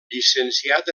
llicenciat